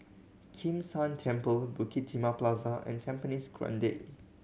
Kim San Temple Bukit Timah Plaza and Tampines Grande